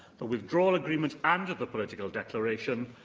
the withdrawal agreement and the political declaration,